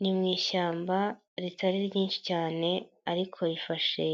Ni mu ishyamba ritari ryinshi cyane ariko rifashe